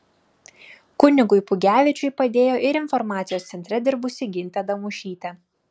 kunigui pugevičiui padėjo ir informacijos centre dirbusi gintė damušytė